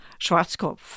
Schwarzkopf